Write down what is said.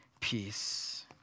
peace